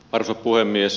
arvoisa puhemies